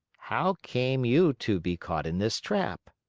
how came you to be caught in this trap?